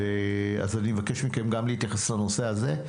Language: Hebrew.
אז אני מבקש מכם להתייחס גם לנושא הזה,